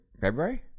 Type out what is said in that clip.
February